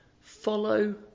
follow